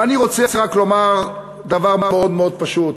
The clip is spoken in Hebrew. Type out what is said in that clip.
ואני רק רוצה לומר דבר מאוד פשוט: